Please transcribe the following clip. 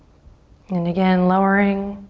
and again lowering